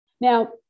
Now